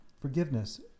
Forgiveness